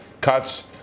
cuts